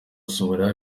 somalia